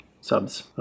subs